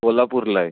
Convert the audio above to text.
कोल्हापूरला आहे